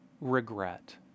regret